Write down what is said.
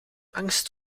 angst